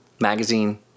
magazine